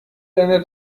einer